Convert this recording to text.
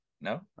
No